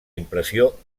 impressió